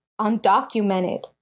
Undocumented